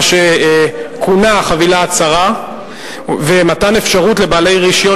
מה שכונה "החבילה הצרה"; ומתן אפשרות לבעלי רשיון